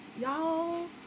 Y'all